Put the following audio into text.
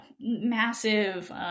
massive